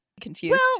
confused